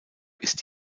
ist